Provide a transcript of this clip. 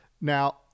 Now